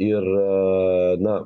ir na